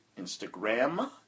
Instagram